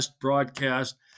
broadcast